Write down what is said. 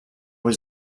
was